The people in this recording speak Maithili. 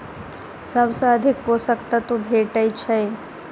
सबसँ अधिक पोसक तत्व भेटय छै?